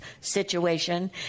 situation